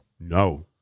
no